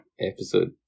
episode